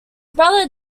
brother